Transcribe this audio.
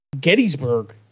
Gettysburg